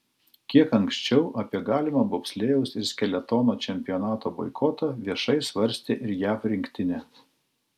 kiek anksčiau apie galimą bobslėjaus ir skeletono čempionato boikotą viešai svarstė ir jav rinktinė